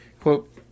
Quote